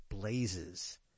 blazes